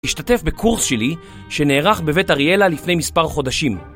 השתתף בקורס שלי שנערך בבית אריאלה לפני מספר חודשים